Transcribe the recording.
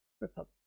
Republic